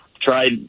tried